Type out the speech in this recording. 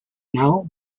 now